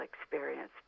experience